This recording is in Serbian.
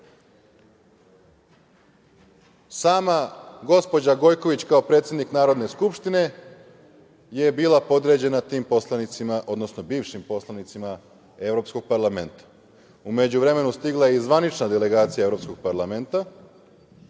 gospođa Gojković, kao predsednik Narodne skupštine, je bila podređena tim poslanicima, odnosno bivšim poslanicima evropskog parlamenta. U međuvremenu stigla je i zvanična delegacija evropskog parlamenta